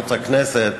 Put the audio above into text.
ערוץ הכנסת,